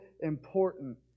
important